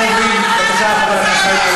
להוציא את אורן חזן, למה לא הוצאת את אורן חזן?